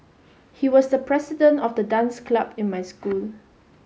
he was the president of the dance club in my school